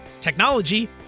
technology